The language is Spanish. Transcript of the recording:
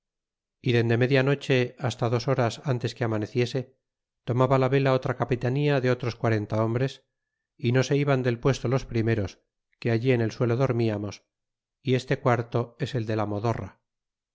y dende media noche hasta dos horas antes que amane ciese tomaba la vela otra capitanía de otros quarenta hombres y no se iban del puesto los primeros que allí en el suelo dormiamos y este quarto es el de la modorra